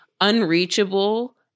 unreachable